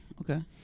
okay